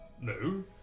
No